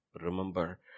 remember